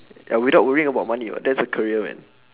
ya without worrying about money what that's a career man